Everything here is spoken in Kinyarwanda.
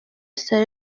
saleh